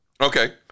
Okay